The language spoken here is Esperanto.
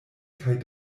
kaj